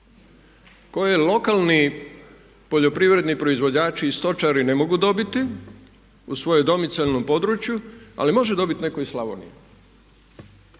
koje lokalni poljoprivredni proizvođači i stočari ne mogu dobiti u svojem domicilno području ali može dobiti netko iz Slavonije.